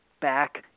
back